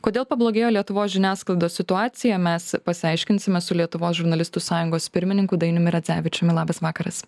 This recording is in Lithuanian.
kodėl pablogėjo lietuvos žiniasklaidos situacija mes pasiaiškinsime su lietuvos žurnalistų sąjungos pirmininku dainiumi radzevičiumi labas vakaras